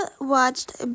watched